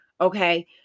Okay